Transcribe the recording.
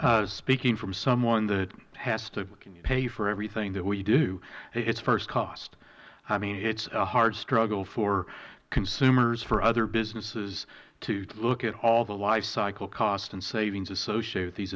zimmerman speaking from someone who has to pay for everything that we do it is first cost i mean it is a hard struggle for consumers for other businesses to look at all the life cycle costs and savings associated with these